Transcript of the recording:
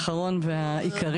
האחרון והעיקרי